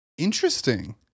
interesting